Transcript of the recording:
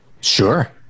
Sure